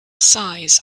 size